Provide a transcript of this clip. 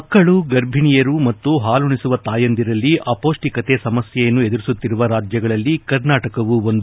ಮಕ್ಕಳು ಗರ್ಭಿಣಿಯರು ಮತ್ತು ಹಾಲುಣಿಸುವ ತಾಯಂದಿರಲ್ಲಿ ಅಪೌಷ್ಟಿಕತೆ ಸಮಸ್ಯೆಯನ್ನು ಎದುರಿಸುತ್ತಿರುವ ರಾಜ್ಯಗಳಲ್ಲಿ ಕರ್ನಾಟಕವೂ ಒಂದು